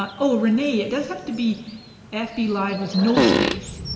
um oh renee, it does have to be ah fblive with no space,